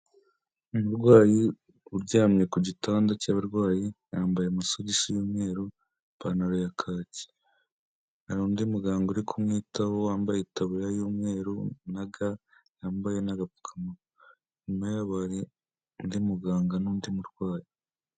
Umurwayi uryamye ku gitanda cy'abarwayi, yambaye amasogisi y'umweru, ipantaro ya kaki, hari undi muganga uri kumwitaho wambaye itaburiya y'umweru na ga, yambaye n'agapfukamunwa, inyuma yabo hari undi muganga n'undi murwayi.